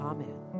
Amen